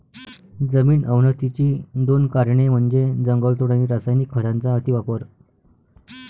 जमीन अवनतीची दोन कारणे म्हणजे जंगलतोड आणि रासायनिक खतांचा अतिवापर